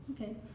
Okay